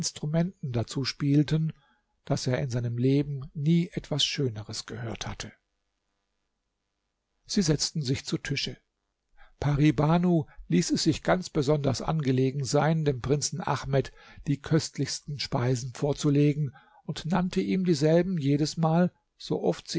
dazu spielten daß er in seinem leben nie etwas schöneres gehört hatte sie setzten sich zu tische pari banu ließ es sich ganz besonders angelegen sein dem prinzen ahmed die köstlichsten speisen vorzulegen und nannte ihm dieselben jedesmal sooft